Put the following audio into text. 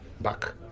back